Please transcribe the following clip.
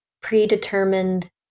predetermined